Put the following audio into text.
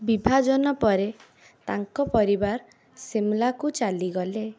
ବିଭାଜନ ପରେ ତାଙ୍କ ପରିବାର ଶିମଲାକୁ ଚାଲିଗଲେ